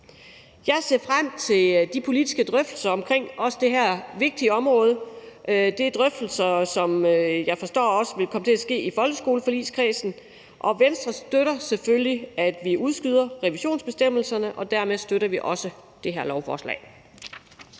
Jeg ser frem til de politiske drøftelser om det her vigtige område. Det er drøftelser, som jeg forstår også vil komme til at ske i folkeskoleforligskredsen, og Venstre støtter selvfølgelig, at vi udskyder revisionsbestemmelserne, og dermed støtter vi også det her lovforslag.